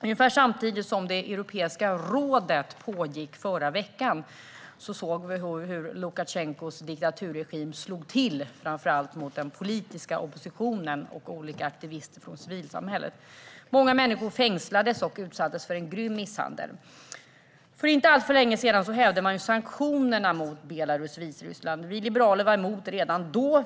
Ungefär samtidigt som Europeiska rådets möte pågick förra veckan såg vi hur Lukasjenkos diktaturregim slog till mot framför allt den politiska oppositionen och olika aktivister från civilsamhället. Många människor fängslades och utsattes för grym misshandel. För inte alltför länge sedan hävde man sanktionerna mot Belarus, Vitryssland. Vi liberaler var emot det redan då.